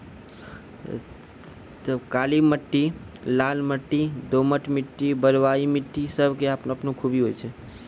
काली मिट्टी, लाल मिट्टी, दोमट मिट्टी, बलुआही मिट्टी सब के आपनो आपनो खूबी होय छै